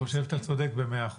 אני חושב שאתה צודק במאה אחוז.